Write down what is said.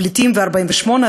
פליטים ו-1948,